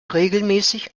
regelmäßig